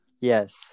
Yes